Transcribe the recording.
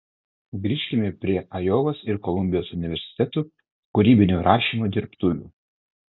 grįžkime prie ajovos ir kolumbijos universitetų kūrybinio rašymo dirbtuvių